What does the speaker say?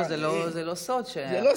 זה לא סוד, זה לא סוד.